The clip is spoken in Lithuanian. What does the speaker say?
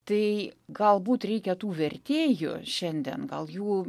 tai galbūt reikia tų vertėjų šiandien gal jų